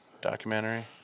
documentary